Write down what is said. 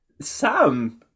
Sam